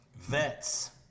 vets